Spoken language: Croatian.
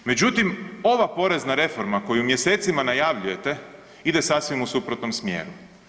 Međutim, ova porezna reforma koju mjesecima najavljujete ide sasvim u suprotnom smjeru.